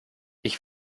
ich